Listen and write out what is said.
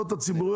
עצמם.